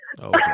Okay